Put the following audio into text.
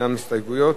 ישנן הסתייגויות?